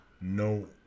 no